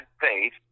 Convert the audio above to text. faith